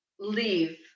leave